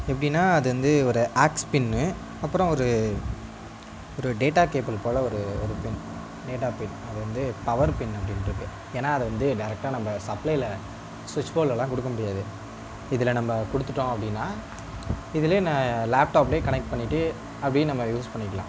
எப்படினா அது வந்து ஒரு ஆக்ஸ் பின்னு அப்புறம் ஒரு ஒரு டேட்டா கேபிள் போல் ஒரு பின் டேட்டா பின் அது வந்து பவர் பின்னு அப்படியிருக்கு ஏன்னால் அதை வந்து டேரெட்டாக நம்ம சப்ளையில் ஸ்விட்ச் போர்ட்லெலாம் கொடுக்க முடியாது இதில் நம்ம கொடுத்துட்டோம் அப்படினா இதிலே நான் லேப்டாப்பிலே கனெக்ட் பண்ணிகிட்டு அப்படியே நம்ம யூஸ் பண்ணிக்கலாம்